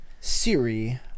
Siri